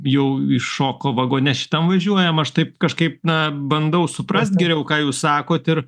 jau iš šoko vagone šitam važiuojam aš taip kažkaip na bandau suprast geriau ką jūs sakot ir